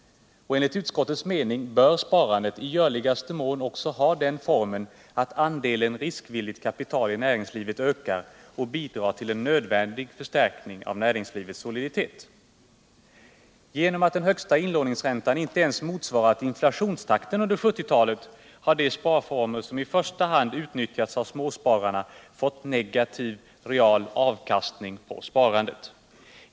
Och enligt utskottets mening bör sparandet i görligaste mån också ha den formen att andelen riskvilligt kapital i näringslivet ökar och bidrar till en nödvändig förstärkning av näringslivets soliditet. Genom att den högsta inlåningsräntan inte ens motsvarat inflationstakten under 1970-talet har de sparformer som i första hand utnyttjats av småspararna givit nepativ real avkastning på sparandet.